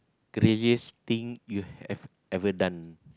craziest thing you have ever done